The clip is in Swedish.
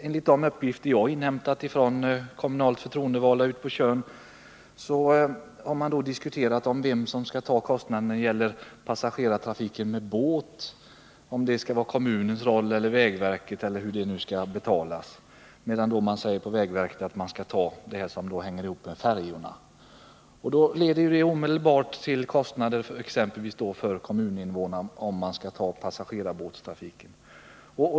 Enligt uppgifter som jag inhämtat från kommunalt förtroendevalda ute på Tjörn har man diskuterat vem som skall ta kostnaderna när det gäller passagerartrafiken med båt — om det skall vara kommunen eller vägverket eller om det skall betalas på annat sätt. På vägverket säger man att man där skall ta hand om det som rör färjorna. Detta leder omedelbart till kostnader exempelvis för kommuninvånarna, om kommunen skall ta hand om passagerarbåtstrafiken.